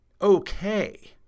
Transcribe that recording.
okay